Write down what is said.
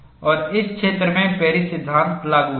और इस क्षेत्र में पेरिस सिद्धांत लागू है